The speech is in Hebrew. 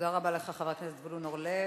תודה רבה לך, חבר הכנסת זבולון אורלב.